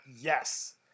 yes